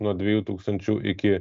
nuo dviejų tūkstančių iki